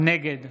נגד